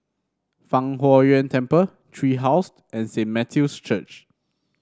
Fang Huo Yuan Temple Tree House and Saint Matthew's Church